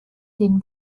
den